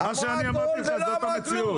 מה שאני אמרתי לך, זאת המציאות.